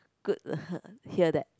good to hear that